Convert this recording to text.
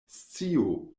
sciu